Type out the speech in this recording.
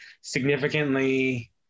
significantly